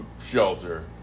shelter